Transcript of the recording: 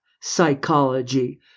psychology